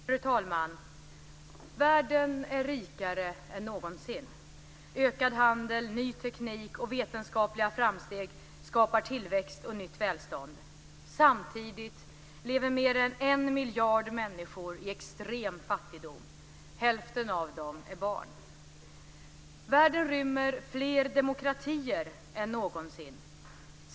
Fru talman! Världen är rikare än någonsin. Ökad handel, ny teknik och vetenskapliga framsteg skapar tillväxt och nytt välstånd. Samtidigt lever mer än en miljard människor i extrem fattigdom. Hälften av dem är barn. Världen rymmer fler demokratier än någonsin.